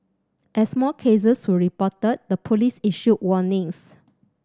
as more cases were reported the police issued warnings